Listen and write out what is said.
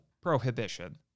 prohibition